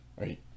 right